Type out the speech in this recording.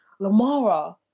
Lamara